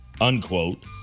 unquote